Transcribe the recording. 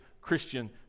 Christian